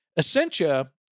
Essentia